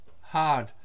hard